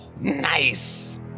Nice